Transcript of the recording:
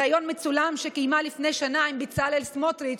בריאיון מצולם שקיימה לפני שנה עם בצלאל סמוטריץ'